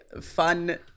fun